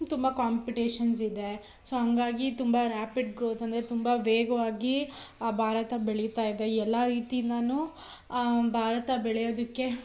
ತುಂಬ ಕಾಂಪಿಟೇಷನ್ಸ್ ಇದೆ ಸೊ ಹಾಗಾಗಿ ತುಂಬ ರಾಪಿಡ್ ಗ್ರೋತ್ ಅಂದರೆ ತುಂಬ ವೇಗವಾಗಿ ಆ ಭಾರತ ಬೆಳೀತಾ ಇದೆ ಈ ಎಲ್ಲ ರೀತಿಯಿಂದಾನೂ ಭಾರತ ಬೆಳೆಯೋದಕ್ಕೆ